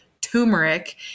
turmeric